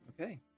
okay